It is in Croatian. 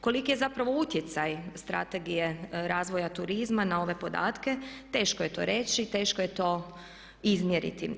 Koliki je zapravo utjecaj Strategije razvoja turizma na ove podatke teško je to reći, teško je to izmjeriti.